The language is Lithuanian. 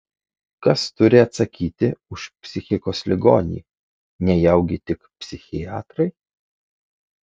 kas turi atsakyti už psichikos ligonį nejaugi tik psichiatrai